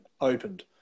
opened